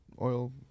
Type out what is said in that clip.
oil